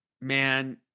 man